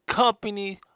companies